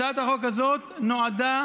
הצעת החוק הזאת נועדה